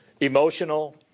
emotional